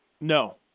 No